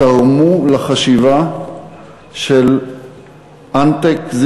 שתרמו לחשיבה של אנטק,